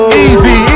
Easy